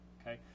okay